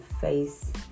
face